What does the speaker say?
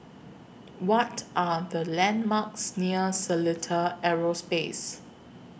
What Are The landmarks near Seletar Aerospace